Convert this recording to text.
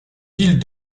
villes